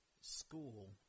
school